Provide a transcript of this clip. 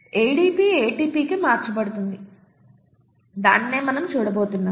ADP ATPకి మార్చబడుతుంది దానినే మనం చూడబోతున్నాం